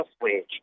wage